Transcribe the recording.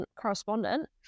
correspondent